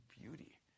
beauty